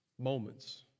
moments